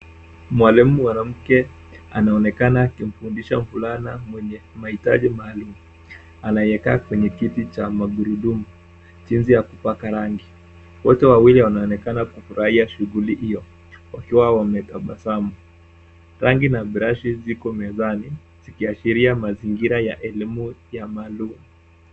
Mwalimu mwanamke anaonekana akimfundisha mvulana mwenye mahitaji maalum; anayekaa kwenye kiti cha magurudumu, jinsi ya kupaka rangi. Wote wawili wanaonekana kufurahia shughuli hiyo wakiwa wametabasamu. Rangi na brashi ziko mezani zikiashiria mazingira ya elimu ya maalum.